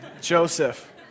Joseph